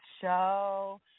Show